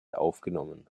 aufgenommen